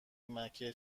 مکه